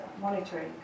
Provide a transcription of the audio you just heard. monitoring